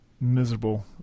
miserable